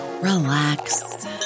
relax